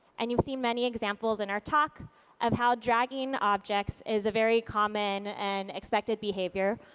and you've seen many examples in our talk of how dragging objects is a very common and expected behavior.